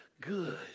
good